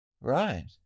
Right